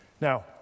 Now